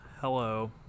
hello